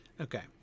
okay